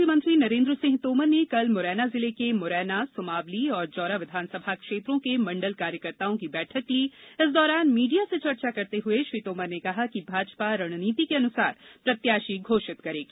केंद्रीय मंत्री नरेंद्र सिंह तोमर ने कल मुरैना जिले के मुरैना सुमावली और जौरा विधानसभा क्षेत्रों के मण्डल कार्यकर्ताओं की बैठक ली इस दौरान मीडिया से चर्चा करते हुए श्री तोमर ने कहा कि भाजपा रणनीति के अनुसार प्रत्याशी घोषित करेगी